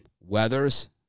weathers